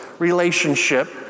relationship